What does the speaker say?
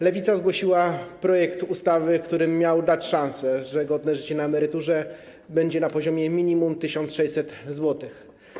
Lewica zgłosiła projekt ustawy, który miał dać szansę, że godne życie na emeryturze będzie na poziomie minimum 1600 zł.